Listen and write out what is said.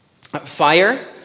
Fire